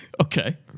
okay